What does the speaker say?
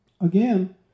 again